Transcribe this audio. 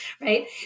right